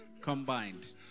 combined